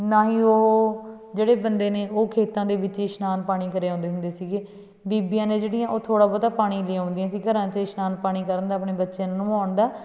ਨਾ ਹੀ ਉਹ ਜਿਹੜੇ ਬੰਦੇ ਨੇ ਉਹ ਖੇਤਾਂ ਦੇ ਵਿੱਚ ਇਸ਼ਨਾਨ ਪਾਣੀ ਕਰ ਆਉਂਦੇ ਹੁੰਦੇ ਸੀਗੇ ਬੀਬੀਆਂ ਨੇ ਜਿਹੜੀਆਂ ਉਹ ਥੋੜ੍ਹਾ ਬਹੁਤਾ ਪਾਣੀ ਲਿਆਉਂਦੀਆਂ ਸੀ ਘਰਾਂ 'ਚ ਇਸ਼ਨਾਨ ਪਾਣੀ ਕਰਨ ਦਾ ਆਪਣੇ ਬੱਚਿਆਂ ਨੂੰ ਨਵਾਉਣ ਦਾ